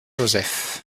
joseph